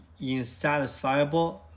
insatisfiable